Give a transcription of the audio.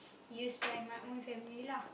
you spare my own family lah